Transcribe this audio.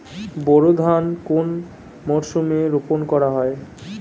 বোরো ধান কোন মরশুমে রোপণ করা হয়?